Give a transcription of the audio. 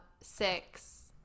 Six